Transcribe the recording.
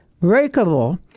breakable